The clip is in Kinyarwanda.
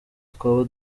twaba